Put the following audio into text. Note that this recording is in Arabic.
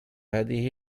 هذه